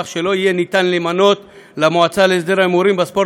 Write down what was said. כך שלא יהיה אפשר למנות למועצה להסדר ההימורים בספורט